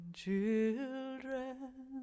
children